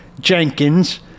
jenkins